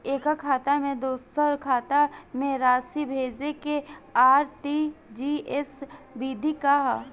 एकह खाता से दूसर खाता में राशि भेजेके आर.टी.जी.एस विधि का ह?